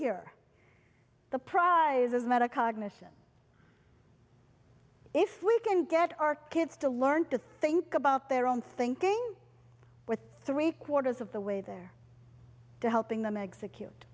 here the prize is metacognition if we can get our kids to learn to think about their own thinking with three quarters of the way they're helping them execute